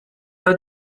pas